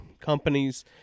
companies